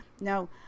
now